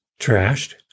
Trashed